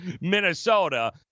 Minnesota